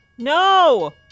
No